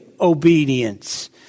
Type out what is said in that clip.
obedience